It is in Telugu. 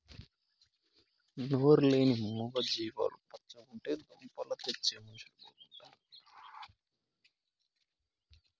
నోరు లేని మూగ జీవాలు పచ్చగుంటే దుంపలు తెచ్చే మనుషులు బాగుంటారు